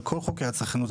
על כל חוקי הצרכנות.